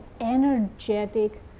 energetic